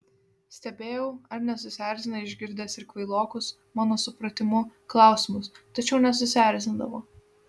stebėjau ar nesusierzina išgirdęs ir kvailokus mano supratimu klausimus tačiau nesusierzindavo